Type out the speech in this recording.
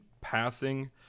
passing